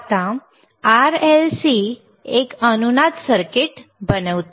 आता RLC एक अनुनाद सर्किट बनवते